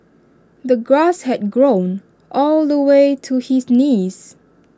the grass had grown all the way to his knees